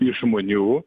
iš žmonių